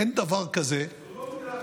אין דבר כזה, זו לא מדינת